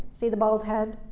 see the bald head?